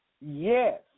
Yes